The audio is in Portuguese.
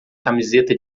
camiseta